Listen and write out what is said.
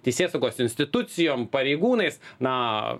teisėsaugos institucijom pareigūnais na